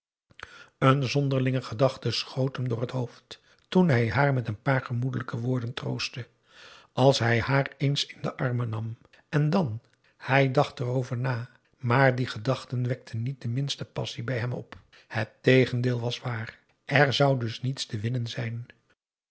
een zonderlinge gedachte schoot hem door het hoofd toen hij haar met een paar gemoedelijke woorden troostte als hij haar eens in de armen nam en dan hij dacht erover na maar die gedachten wekten niet de minste passie bij hem op het tegendeel was waar er zou dus niets te winnen zijn